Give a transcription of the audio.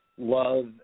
love